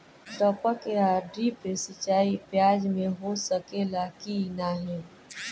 टपक या ड्रिप सिंचाई प्याज में हो सकेला की नाही?